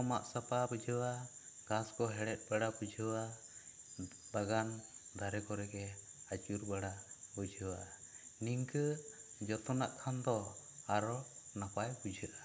ᱢᱟᱜ ᱥᱟᱯᱷᱟ ᱵᱩᱡᱷᱟᱹᱣᱟ ᱜᱷᱟᱸᱥ ᱠᱚ ᱦᱮᱲᱦᱮᱸᱫ ᱵᱟᱲᱟ ᱵᱩᱡᱷᱟᱣᱚᱜ ᱟ ᱵᱟᱜᱟᱱ ᱫᱟᱨᱮ ᱠᱚᱨᱮ ᱜᱮ ᱟᱹᱪᱩᱨ ᱵᱟᱲᱟ ᱵᱩᱡᱷᱟᱹᱣᱚᱜ ᱟ ᱱᱤᱝᱠᱟᱹ ᱡᱚᱛᱚᱱᱟᱜ ᱠᱷᱟᱱ ᱫᱚ ᱟᱨᱚ ᱱᱟᱯᱟᱭ ᱵᱩᱡᱷᱟᱹᱜ ᱟ